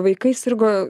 vaikai sirgo